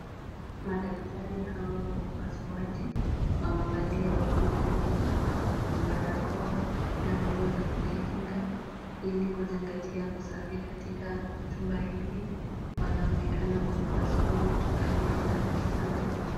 Madaktari hawa wa upasuaji wamevalia wavu za nywele, barakoa na nguo za kujikinga, ili kuzingatia usafi katika chumba hiki. Wanaonekana kumpasua mtu aliyelala kitandani.